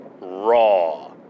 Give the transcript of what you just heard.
Raw